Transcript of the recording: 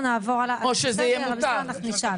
אנחנו נעבור הלאה, בסדר אנחנו נשאל.